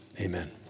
Amen